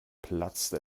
platzte